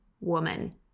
woman